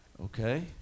okay